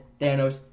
Thanos